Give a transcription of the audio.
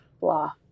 Blah